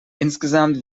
insgesamt